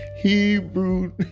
Hebrew